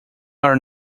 are